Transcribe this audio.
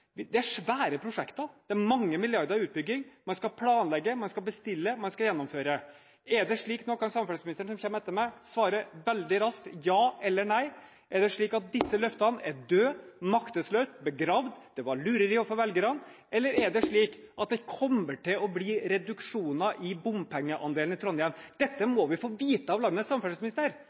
Det er store prosjekter, det er mange milliarder til utbygging – man skal planlegge, man skal bestille, man skal gjennomføre. Kan samferdselsministeren, som kommer etter meg på talerstolen, svare veldig raskt ja eller nei? Er det slik at disse løftene er døde, maktesløse, begravd – det var lureri overfor velgerne – eller er det slik at det kommer til å bli reduksjoner i bompengeandelen i Trondheim? Dette må vi få vite av landets samferdselsminister.